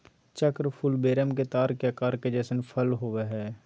चक्र फूल वेरम के तार के आकार जइसन फल होबैय हइ